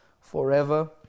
forever